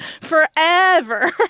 forever